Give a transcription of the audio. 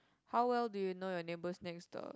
how well do you know your neighbours next door